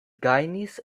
gajnis